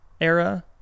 era